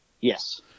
Yes